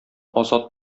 азат